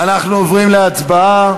אנחנו עוברים להצבעה.